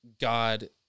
God